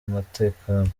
umutekano